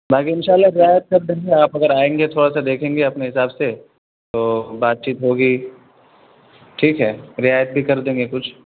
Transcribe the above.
باقی ان شاء اللہ رعایت کر دیں گے آپ اگر آئیں گے تھورا سا دیکھیں گے اپنے حساب سے تو بات چیت ہوگی ٹھیک ہے رعایت بھی کر دیں گے کچھ